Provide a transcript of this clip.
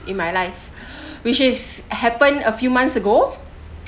in my life which is happen a few months ago